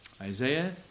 Isaiah